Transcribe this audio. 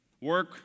Work